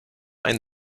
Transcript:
ein